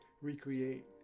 recreate